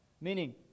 Meaning